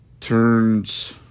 turns